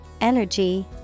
energy